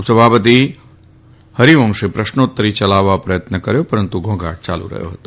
ઉપસભાપતિ હરિવંશે પ્રશ્નોત્તરી યલાવવા પ્રયત્ન કર્યો પરંતુ ઘોંઘાટ ચાલુ રહ્યો હતો